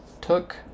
Took